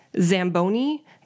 Zamboni